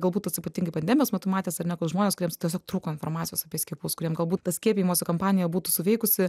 galbūt tas ypatingai pandemijos metu matėsi ar ne kad žmonės kuriems tiesiog trūko informacijos apie skiepus kuriem galbūt ta skiepijimo kampanija būtų suveikusi